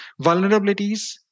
Vulnerabilities